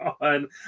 on